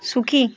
সুখী